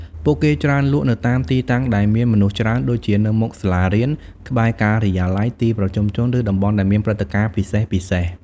ពួកគេច្រើនលក់នៅតាមទីតាំងដែលមានមនុស្សច្រើន ដូចជានៅមុខសាលារៀន ក្បែរការិយាល័យ ទីប្រជុំជន ឬតំបន់ដែលមានព្រឹត្តិការណ៍ពិសេសៗ។